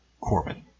Corbin